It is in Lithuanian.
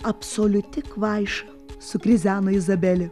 absoliuti kvaiša sukrizeno izabelė